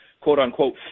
quote-unquote